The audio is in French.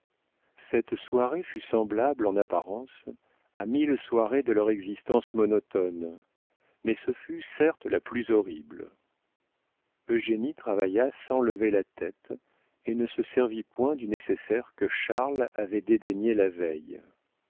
cette soirée fut semblable en apparence à mille soirées de leur existence monotone mais ce fut certes la plus horrible eugénie travailla sans lever la tête et ne se servit point du nécessaire que charles avait dédaigné la veille